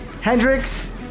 Hendrix